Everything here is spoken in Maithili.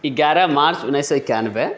एगारह मार्च उन्नैस सए एकानबे